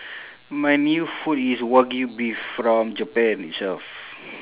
my new food is wagyu beef from japan itself